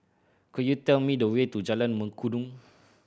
could you tell me the way to Jalan Mengkudu